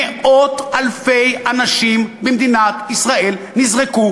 מאות אלפי אנשים במדינת ישראל נזרקו